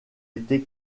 été